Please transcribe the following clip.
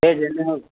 सेठ हिन जो